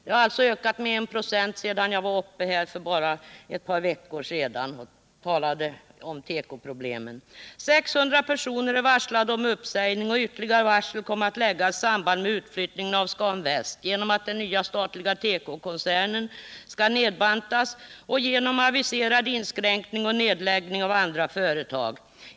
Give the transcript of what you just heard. Denna kategori har ökat med 1 26 sedan jag för bara ett par veckor sedan stod här och talade om tekoproblemen. 600 personer är varslade om uppsägning, och ytterligare varsel kommer att meddelas i samband med utflyttning av Scan Väst genom att den nya statliga tekokoncernen kan nedbantas och genom aviserad inskränkning och nedläggning av andra företag.